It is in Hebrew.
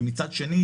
ומצד שני,